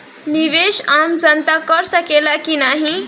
निवेस आम जनता कर सकेला की नाहीं?